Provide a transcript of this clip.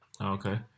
okay